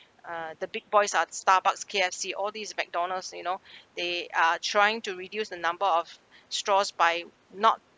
uh the big boys are starbucks K_F_C all these McDonald's you know they are trying to reduce the number of straws by not